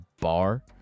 bar